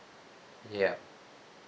yup